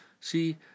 See